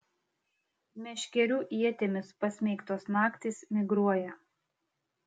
meškerių ietimis pasmeigtos naktys migruoja